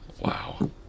Wow